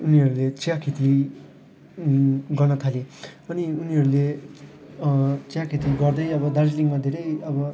उनीहरूले चिया खेती गर्न थाले अनि उनीहरूले चिया खेती गर्दै अब दार्जिलिङमा धेरै अब